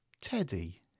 Teddy